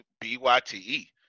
B-Y-T-E